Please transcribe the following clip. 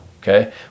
okay